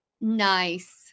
nice